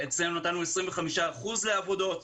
אצלנו נתנו משקל של 25% לעבודות.